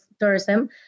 tourism